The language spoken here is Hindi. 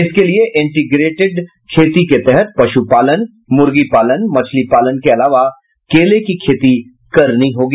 इसके लिए इंटीग्रेटेड खेती के तहत पशुपाल मुर्गी पालन मछली पालन के अलावा केले की खेती करनी होगी